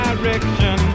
Direction